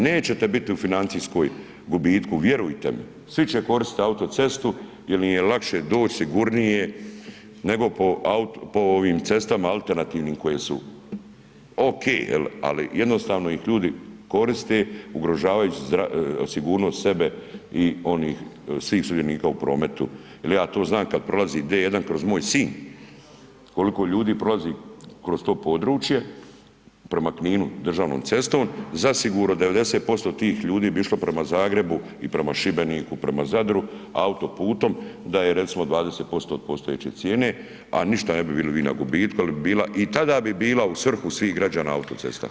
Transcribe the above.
Nećete biti u financijskom gubitke, vjerujte mi, svi će koristiti autocestu jer im je lakše doći, sigurnije je nego ovim cestama alternativnim koje su ok, jel, ali jednostavno ih ljudi koriste, ugrožavajući sigurnost sebe i onih svih sudionika u prometu jer ja to znam kad prolazi D1 kroz moj Sinj, koliko ljudi prolazi kroz to područje prema Kninu državnom cestom, zasigurno 90% tih ljudi bi išlo prema Zagrebu i prema Šibeniku i prema Zadru autoputom da je recimo 20% od postojeće cijene a ništa ne bi bili vi na gubitku jer je bi bila, i tada bi bila u svrhu svim građana autocesta.